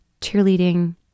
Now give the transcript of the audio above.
cheerleading